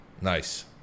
nice